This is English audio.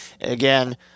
again